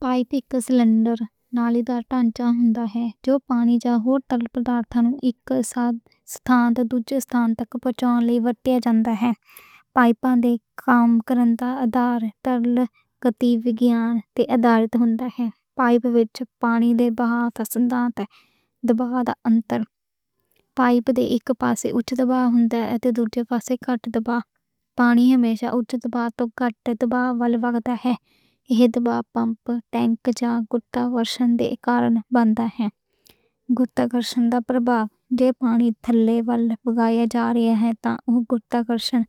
پائپ دی سلنڈر نالیدار ڈھانچا ہوندا ہے۔ جو پانی جو کسے ستھان تک پہنچانے لئی ورتیا جاندا۔ ادھارت وگیان توں، دباؤ فورس نال پانی ہمیشہ اوتھے ول وگدا ہے۔ ایہ دباؤ پمپ تے یا گھٹا گھرشن دے کارن بن دا ہے۔ گھٹا گھرشن نال بہاؤ جے پانی کھلے ول وگدا۔ ایہ تاں گھٹا گھرشن